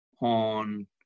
on